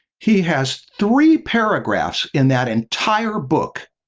he has three paragraphs in that entire book,